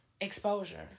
exposure